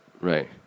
Right